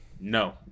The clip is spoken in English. No